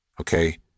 Okay